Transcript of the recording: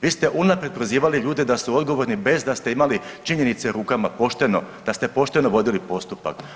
Vi ste unaprijed prozivali ljude da su odgovorni bez da ste imali činjenice u rukama pošteno, da ste pošteno vodili postupak.